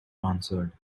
answered